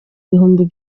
bihumbi